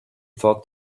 thought